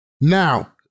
Now